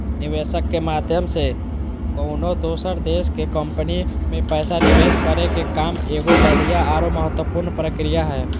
निवेशक के माध्यम से कउनो दोसर देश के कम्पनी मे पैसा निवेश करे के काम एगो बढ़िया आरो महत्वपूर्ण प्रक्रिया हय